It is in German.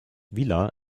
vila